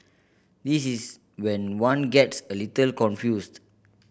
this is when one gets a little confused